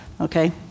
okay